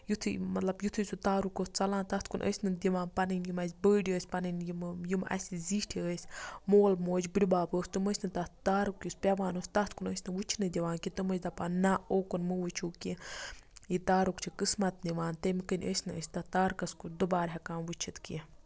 یُتھٕے مَطلَب یُتھٕے سُہ تارُک اوس ژَلان تَتھ کُن ٲسۍ نہٕ دِوان پَنٕنۍ یِم اَسہِ بٔڑۍ ٲسۍ پَنٕنۍ یِم یِم اَسہِ زیٚٹھۍ ٲسۍ مول موج بٕڑٕ بَب اوس تِم ٲسۍ نہٕ تَتھ تارُک یُس پیٚوان اوس تَتھ کُن ٲسۍ نہٕ وٕچھنہٕ دِوان کہِ تِم ٲسۍ دَپان نہَ اوکُن مہٕ وٕچھِو کینٛہہ یہِ تارُک چھُ قسمَت نِوان مان تمہِ کِنۍ ٲسۍ نہٕ أسۍ تتھ تارکَس کُن دُبار ہیٚکان وٕچھِتھ کینٛہہ